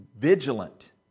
vigilant